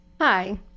hi